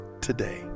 today